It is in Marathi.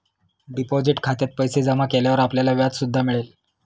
डिपॉझिट खात्यात पैसे जमा केल्यावर आपल्याला व्याज सुद्धा मिळेल